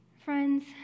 Friends